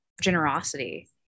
generosity